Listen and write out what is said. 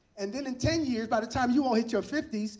and then in ten years, by the time you all hit your fifty s,